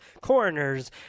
coroners